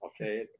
okay